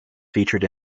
featured